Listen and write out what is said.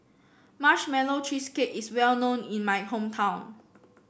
Marshmallow Cheesecake is well known in my hometown